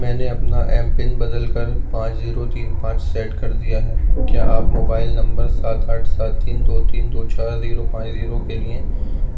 میں نے اپنا ایم پن بدل کر پانچ زیرو تین پانچ سیٹ کر دیا ہے کیا آپ موبائل نمبر سات آٹھ سات تین دو تین دو چار زیرو پانچ زیرو کے لیے